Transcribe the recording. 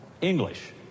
English